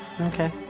Okay